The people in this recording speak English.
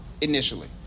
initially